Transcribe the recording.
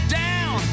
down